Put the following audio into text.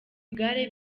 igare